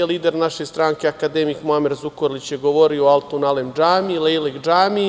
Lider naše stranke akademik Muamer Zukorlić je govorio o altunalem džamiji – lejlek džamiji.